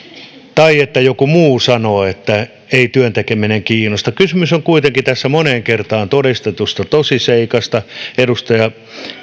tai että joku muu sanoo että ei työn tekeminen kiinnosta kysymys on kuitenkin tässä moneen kertaan todistetusta tosiseikasta edustaja